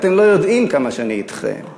אתם לא יודעים כמה שאני אתכם,